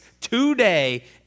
today